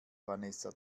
vanessa